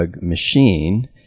machine